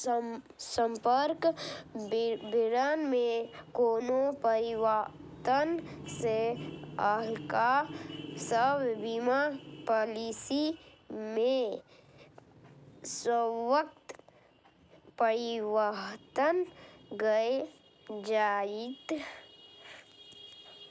संपर्क विवरण मे कोनो परिवर्तन सं अहांक सभ बीमा पॉलिसी मे स्वतः परिवर्तन भए जाएत